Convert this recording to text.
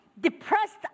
depressed